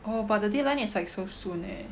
oh but the deadline is like so soon leh